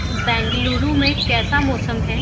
बेंगलुरु में कैसा मौसम है